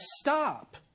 stop